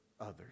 others